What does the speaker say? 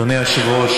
אדוני היושב-ראש,